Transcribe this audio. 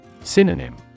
Synonym